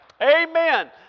Amen